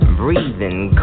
breathing